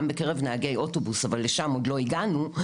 גם בקרב נהגי אוטובוס אבל לשם עוד לא הגענו,